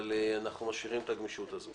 אבל אנחנו משאירים את הגמישות הזאת.